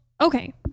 okay